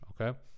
okay